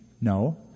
No